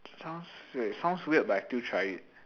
sounds weird sounds weird but I still try it